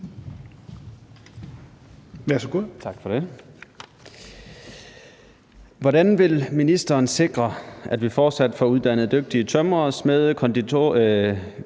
Melson (V): Tak for det. Hvordan vil ministeren sikre, at vi fortsat får uddannet dygtige tømrere,